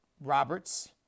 Roberts